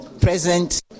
present